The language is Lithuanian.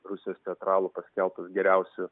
rusijos teatralų paskelbtas geriausiu